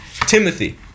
timothy